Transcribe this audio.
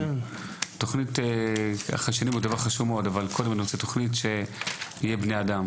תוכנית שבה נהיה בני אדם.